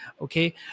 okay